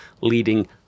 leading